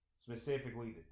specifically